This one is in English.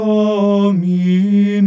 Dominus